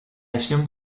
affirme